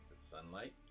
Sunlight